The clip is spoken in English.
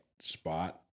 spot